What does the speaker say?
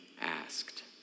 asked